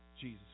Jesus